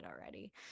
already